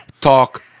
talk